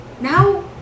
now